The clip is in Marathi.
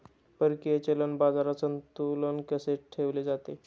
परकीय चलन बाजारात संतुलन कसे ठेवले जाते?